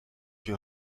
que